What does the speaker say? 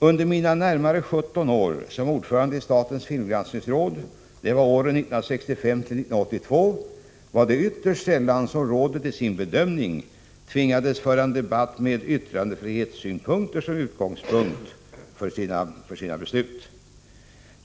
Under mina närmare 17 år som ordförande i statens filmgranskningsråd, åren 1965-1982, var det ytterst sällan som rådet i sin bedömning tvingades föra en debatt med yttrandefrihetssynpunkter som utgångspunkt för sina bedömningar.